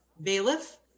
Bailiff